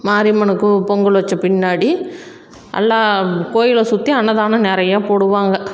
மாரியம்மனுக்கு பொங்கல் வச்ச பின்னாடி எல்லா கோயிலை சுற்றி அன்னதானம் நிறைய போடுவாங்க